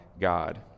God